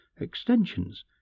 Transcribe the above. extensions